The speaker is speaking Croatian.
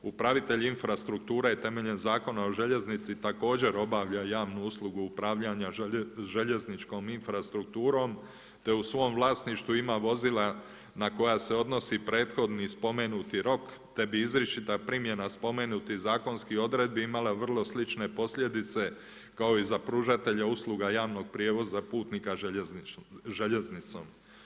Upravitelj infrastrukture je temeljem Zakona o željeznici također obavlja javnu uslugu upravljanja željezničkom infrastrukturom, te u svom vlasništvu ima vozila na koja se odnosi prethodni spomenuti rok, te bi izričita primjena spomenutih zakonskih odredbi imale vrlo slične posljedice kao i za pružatelje usluga javnog prijevoza putnika željeznicom.